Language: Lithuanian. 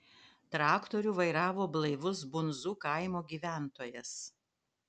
traktorių vairavo blaivus bundzų kaimo gyventojas